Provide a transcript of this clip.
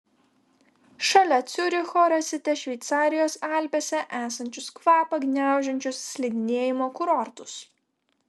šalia ciuricho rasite šveicarijos alpėse esančius kvapą gniaužiančius slidinėjimo kurortus